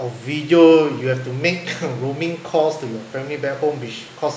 video you have to make roaming calls to your family back home which costs